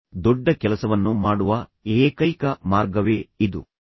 ದೊಡ್ಡ ಕೆಲಸವನ್ನು ಮಾಡುವ ಏಕೈಕ ಮಾರ್ಗವೆಂದರೆ ನೀವು ಮಾಡುವ ಕೆಲಸವನ್ನು ಪ್ರೀತಿಸುವುದು